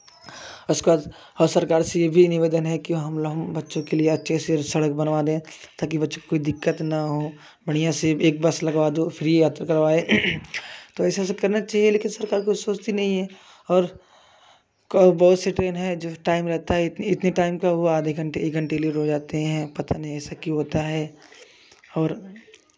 उसके बाद सरकार से यह भी एक निवेदन है कि हम बच्चों के लिए अच्छे से सड़क बनवा दें ताकि बच्चों को कोई दिक्कत न हो बढ़िया से एक एक बस लगवा दो फ्री यात्रा करवाए तो ऐसा कुछ करना चाहिए लेकिन सरकार को सोचती नहीं है और बहुत से ट्रेन हैं जो टाइम रहता है इतने टाइम का हुआ आधे घंटे एक घंटे के लिए हो जाते हैं पता नहीं ऐसा क्यों होता है और